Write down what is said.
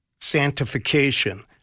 sanctification